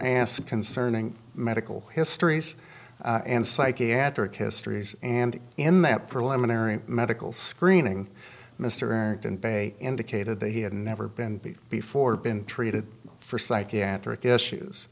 asked concerning medical histories and psychiatric histories and in that preliminary medical screening mr errington bay indicated that he had never been before been treated for psychiatric issues